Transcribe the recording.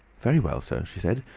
very well, sir, she said.